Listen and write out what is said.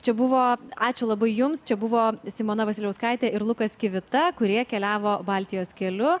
čia buvo ačiū labai jums čia buvo simona vasiliauskaitė ir lukas kivita kurie keliavo baltijos keliu